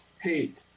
hate